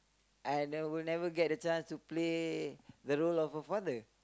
I'll never never get the chance to play the role of a father